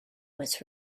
was